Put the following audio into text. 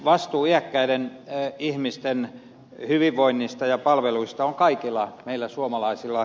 vastuu iäkkäiden ihmisten hyvinvoinnista ja palveluista on kaikilla meillä suomalaisilla